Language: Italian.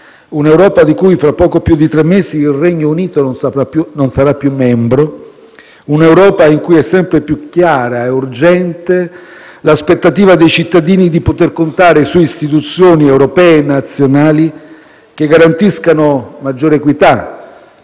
un'Europa di cui fra poco più di tre mesi il Regno Unito non sarà più membro; un'Europa in cui è sempre più chiara e urgente l'aspettativa dei cittadini di poter contare su istituzioni europee e nazionali che garantiscano maggiore equità,